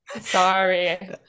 Sorry